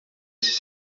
sis